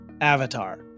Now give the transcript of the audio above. Avatar